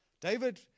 David